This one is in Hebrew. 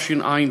התשע"ד